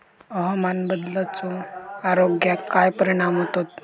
हवामान बदलाचो आरोग्याक काय परिणाम होतत?